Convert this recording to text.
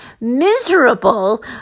miserable